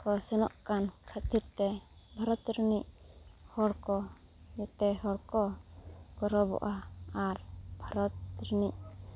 ᱠᱚ ᱥᱮᱱᱚᱜ ᱠᱟᱱ ᱠᱷᱟᱹᱛᱤᱨ ᱛᱮ ᱵᱷᱟᱨᱚᱛ ᱨᱤᱱᱤᱡ ᱦᱚᱲ ᱠᱚ ᱡᱟᱛᱮ ᱦᱚᱲ ᱠᱚ ᱜᱚᱨᱚᱵᱚᱜᱼᱟ ᱟᱨ ᱵᱷᱟᱨᱚᱛ ᱨᱮᱱᱤᱡ